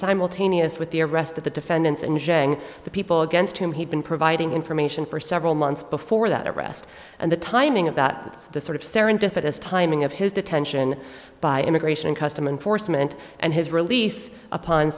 simultaneous with the arrest of the defendants and jang the people against him he'd been providing information for several months before that arrest and the timing of that is the sort of serendipitous timing of his detention by immigration and custom enforcement and his release upon